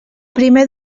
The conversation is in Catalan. primer